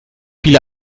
viele